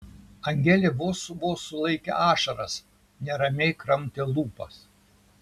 angelė vos vos sulaikė ašaras neramiai kramtė lūpas